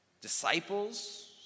Disciples